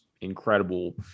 incredible